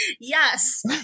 yes